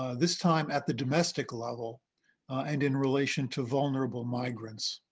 ah this time at the domestic level and in relation to vulnerable migrants.